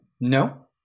no